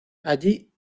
allí